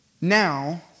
now